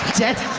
dead!